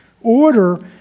Order